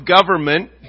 government